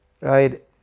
right